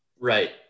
Right